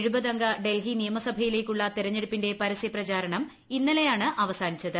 എഴുപത് അംഗ ഡൽഹി നിയമസഭയിലേക്കുള്ള തെരഞ്ഞെടുപ്പിന്റെ പരസ്യപ്രചാരണം ഇന്നലെയാണ് അവസാനിച്ചത്